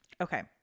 Okay